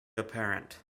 apparent